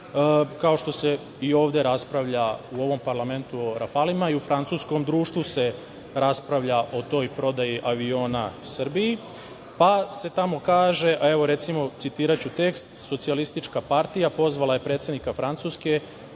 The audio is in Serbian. Kao što se i ovde raspravlja u ovom parlamentu o "Rafalima", u francuskom društvu se raspravlja o toj prodaji aviona Srbiji, pa se tamo kaže, citiraću tekst – Socijalistička partija pozvala je predsednika Francuske